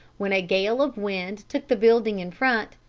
when a gale of wind took the building in front,